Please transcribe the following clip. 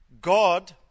God